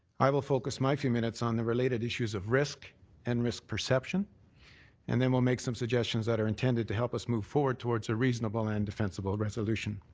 i will focus my few minutes on the related issues of risk and misperception, an and then will make some suggestions that are intended to help us move forward towards a reasonable and defensible resolution.